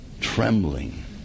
trembling